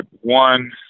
one